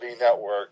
Network